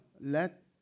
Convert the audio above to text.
let